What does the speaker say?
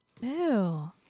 Ew